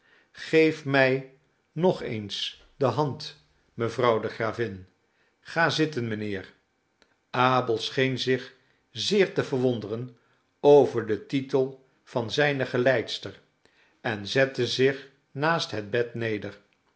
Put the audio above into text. zoeken geefmij nog eens de hand mevrouw de gravin ga zitten mijnheer abel scheen zich zeer te verwonderen over den titel van zijne geleidster en zette zich naast het bed neder